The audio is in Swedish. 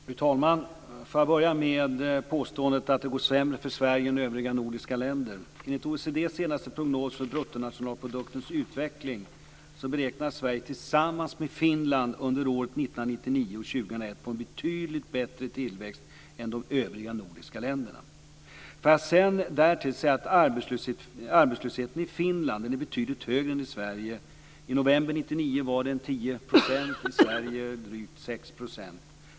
Fru talman! Jag börjar med påståendet att det går sämre för Sverige än för övriga nordiska länder. Enligt OECD:s senaste prognos för bruttonationalproduktens utveckling beräknas Sverige tillsammans med Finland under åren 1999-2001 få en betydligt bättre tillväxt än de övriga nordiska länderna. Jag vill därtill säga att arbetslösheten i Finland är betydligt högre än i Sverige. I november 1999 var den 10 % i Finland och i Sverige drygt 6 %.